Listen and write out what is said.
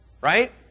right